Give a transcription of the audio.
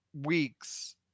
weeks